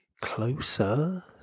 closer